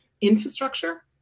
infrastructure